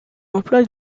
emploi